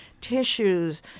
tissues